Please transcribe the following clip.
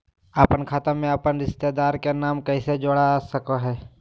अपन खाता में अपन रिश्तेदार के नाम कैसे जोड़ा सकिए हई?